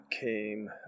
came